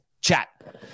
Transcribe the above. chat